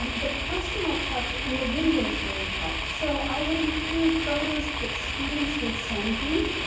um the personal touch in the videos really helped. so i would include photos that students would send me.